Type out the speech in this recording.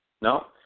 No